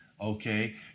okay